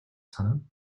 санана